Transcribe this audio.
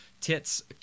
tits